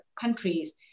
countries